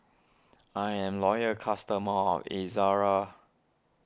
I'm a loyal customer of Ezerra